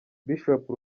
bishop